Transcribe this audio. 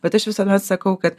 bet aš visuomet sakau kad